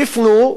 יפנו,